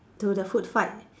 to the food fight